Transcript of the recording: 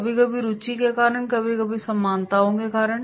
कभी कभी रुचि के कारण कभी कुछ समानताओं के कारण